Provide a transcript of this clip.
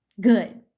good